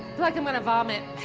like i'm gonna vomit.